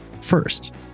first